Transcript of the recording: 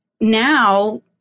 now